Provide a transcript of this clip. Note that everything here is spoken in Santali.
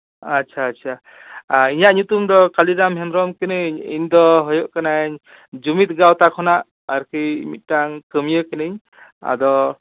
ᱟᱪᱪᱷᱟ ᱪᱟᱪᱷᱟ ᱤᱧᱟᱹᱜ ᱧᱩᱛᱩᱢ ᱫᱚ ᱠᱟᱞᱤᱨᱟᱢ ᱦᱮᱢᱵᱨᱚᱢ ᱠᱟᱹᱱᱟᱹᱧ ᱤᱧ ᱫᱚᱧ ᱦᱩᱭᱩᱜ ᱠᱟᱹᱱᱟᱹᱧ ᱡᱩᱢᱤᱫ ᱜᱟᱶᱛᱟ ᱠᱷᱚᱱᱟᱜ ᱟᱨᱠᱤ ᱢᱤᱫᱴᱟᱝ ᱠᱟᱹᱢᱭᱟᱹ ᱠᱟᱹᱱᱟᱹᱧ ᱟᱫᱚ